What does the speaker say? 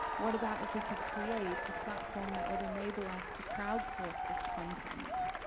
what about if we could create a platform that would enable us to crowdsource this content.